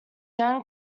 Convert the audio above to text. gen